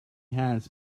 hands